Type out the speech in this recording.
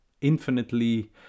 infinitely